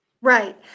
Right